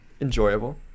Enjoyable